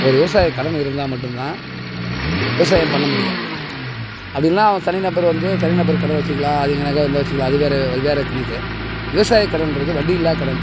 ஒரு விவசாயக்கடன் இருந்தால் மட்டுந்தான் விவசாயம் பண்ண முடியும் அப்டி இல்லைன்னா அவன் தனிநபர் வந்து தனிநபர் கடன் வச்சிக்கலாம் அதிக நகை இருந்தால் வச்சிக்கலாம் அது வேற வெவ்வேறு கணக்கு விவசாயக் கடன்றது வட்டி இல்லாத கடன்